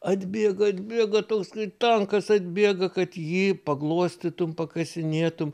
atbėga atbėga toks kaip tankas atbėga kad jį paglostytum pakasinėtum